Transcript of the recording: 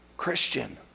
Christian